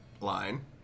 line